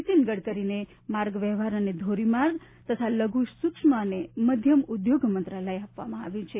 નિતીન ગડકરીને માર્ગ વ્યવહાર અને ધોરી માર્ગ તથા લધુ સુક્ષ્મ અને મધ્યમ ઉદ્યોગો મંત્રાલય આપવામાં આવ્યું છે